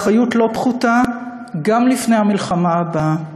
ואחריות לא פחותה גם לפני המלחמה הבאה.